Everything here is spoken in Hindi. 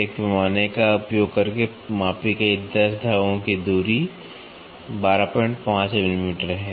एक पैमाने का उपयोग करके मापी गई 10 धागों की दूरी 125 मिलीमीटर है